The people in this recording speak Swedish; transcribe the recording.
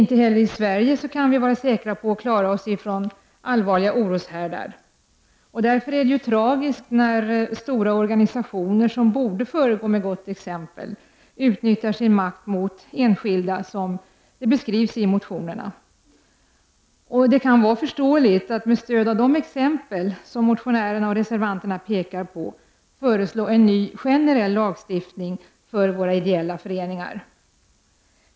Inte heller i Sverige kan vi nämligen vara säkra på att klara oss från allvarliga oroshärdar. Det är tragiskt när stora organisationer, som borde föregå med gott exempel, utnyttjar sin makt mot enskilda, som det beskrivs i motionerna. Det kan vara föreståeligt att man, med stöd av de exempel som motionärerna och reservanterna anför, föreslår en ny generell lagstiftning för våra ideella föreningar.